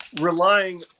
relying